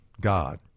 God